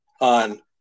on